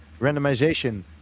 randomization